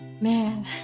Man